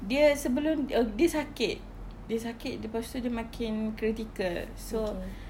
dia sebelum oh dia sakit dia sakit lepas itu dia makin critical so